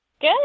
Good